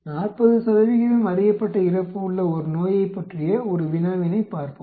40 அறியப்பட்ட இறப்பு உள்ள ஒரு நோயைப் பற்றிய ஒரு வினாவினைப் பார்ப்போம்